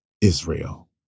Israel